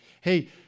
Hey